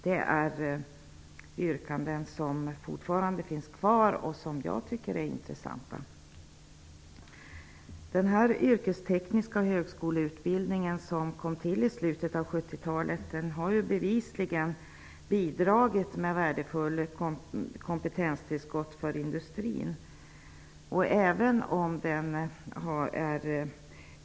Det är frågor som fortfarande är aktuella och som jag tycker är intressanta. Den yrkestekniska högskoleutbildning som kom till i slutet av 70-talet har bevisligen bidragit med värdefullt kompetenstillskott för industrin.